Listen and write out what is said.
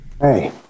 Hey